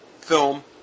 film